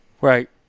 Right